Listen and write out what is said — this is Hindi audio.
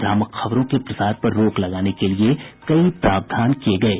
भ्रामक खबरों के प्रसार पर रोक लगाने के लिये कई प्रावधान किये गये